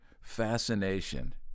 fascination